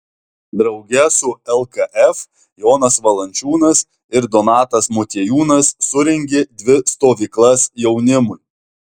drauge su lkf jonas valančiūnas ir donatas motiejūnas surengė dvi stovyklas jaunimui